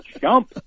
jump